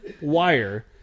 wire